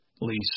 lease